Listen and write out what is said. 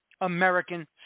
American